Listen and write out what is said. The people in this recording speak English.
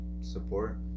support